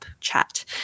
chat